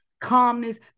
calmness